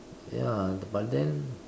ya but then